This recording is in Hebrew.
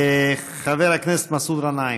חבר הכנסת מסעוד גנאים.